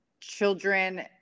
Children